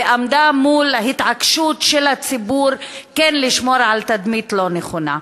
ועמדה מול התעקשות של הציבור כן לשמור על תדמית לא נכונה.